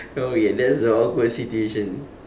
oh ya that's the awkward situation